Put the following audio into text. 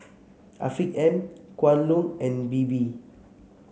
Afiq M Kwan Loong and Bebe